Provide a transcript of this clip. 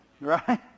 Right